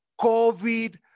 COVID